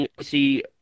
See